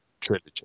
trilogy